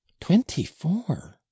Twenty-four